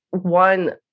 one